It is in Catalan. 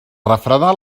refredar